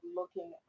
looking